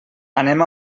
anem